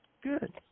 good